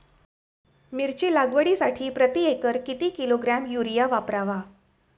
मिरची लागवडीसाठी प्रति एकर किती किलोग्रॅम युरिया वापरावा?